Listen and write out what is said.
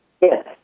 Yes